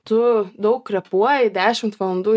tu daug repuoji dešimt valandų